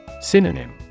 Synonym